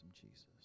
Jesus